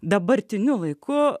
dabartiniu laiku